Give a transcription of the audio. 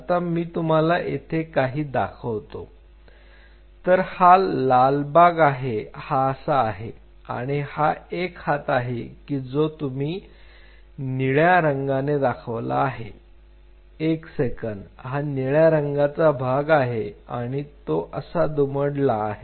आता मी तुम्हाला येथे काही दाखवतो तर हा लालबाग आहे हा असा आहे आणि हा एक हात आहे की जो तुम्ही निळ्या रंगाने दाखवला आहे एक सेकंद हा निळ्या रंगाचा भाग आहे आणि तो असा दुमडला आहे